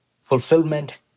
fulfillment